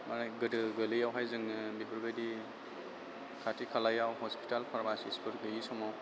माने गोदो गोरलैयावहाय जोङो बेफोरबायदि खाथि खालायाव हस्पिटाल फार्मासिसफोर गैयि समाव